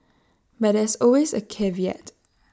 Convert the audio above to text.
but there's always A caveat